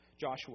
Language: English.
Joshua